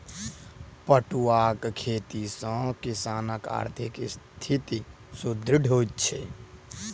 पटुआक खेती सॅ किसानकआर्थिक स्थिति सुदृढ़ होइत छै